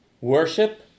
worship